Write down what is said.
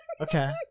Okay